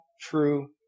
true